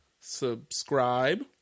subscribe